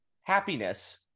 happiness